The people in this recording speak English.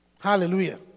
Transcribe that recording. Hallelujah